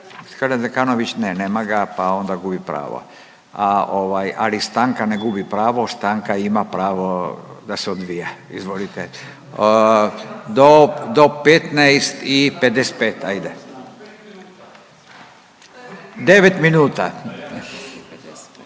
Gospodin Zekanović ne nema ga, pa onda gubi pravo, a ovaj ali stanka ne gubi pravo, stanka ima pravo da se odvija. Izvolite, do, do 15 i 55 ajde, 9 minuta.